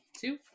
two